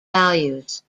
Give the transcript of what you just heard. values